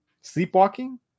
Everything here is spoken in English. sleepwalking